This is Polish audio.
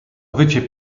wycie